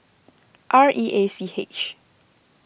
R E A C H